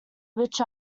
rich